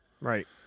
Right